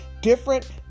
different